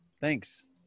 Thanks